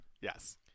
Yes